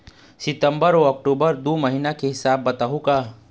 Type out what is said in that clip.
सितंबर अऊ अक्टूबर दू महीना के हिसाब बताहुं का?